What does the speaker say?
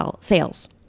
sales